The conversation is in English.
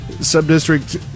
sub-district